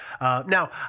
Now